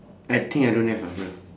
I think I don't have ah but